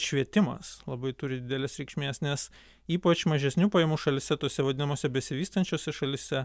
švietimas labai turi didelės reikšmės nes ypač mažesnių pajamų šalyse tose vadinamose besivystančiose šalyse